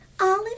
Olive